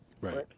Right